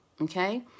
Okay